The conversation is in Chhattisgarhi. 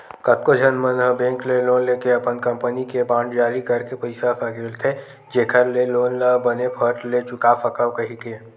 कतको झन मन ह बेंक ले लोन लेके अपन कंपनी के बांड जारी करके पइसा सकेलथे जेखर ले लोन ल बने फट ले चुका सकव कहिके